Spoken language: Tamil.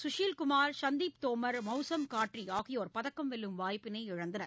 சுஷில்குமார் சந்தீப் தோமர் மவுசம் காட்ரிஆகியோர் பதக்கம் வெல்லும் வாய்ப்பினை இழந்தனர்